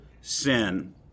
sin